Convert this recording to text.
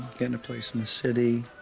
getting a place in the city.